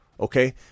okay